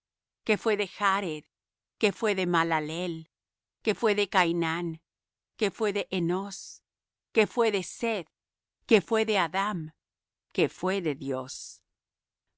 que fué de jared que fué de maleleel que fué de cainán que fué de enós que fué de seth que fué de adam que fué de dios